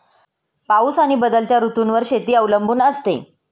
पाऊस आणि बदलत्या ऋतूंवर शेती अवलंबून असते